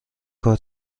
کار